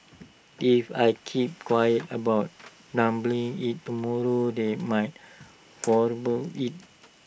if I keep quiet about doubling IT tomorrow they might quadruple IT